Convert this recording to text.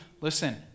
Listen